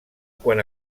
quan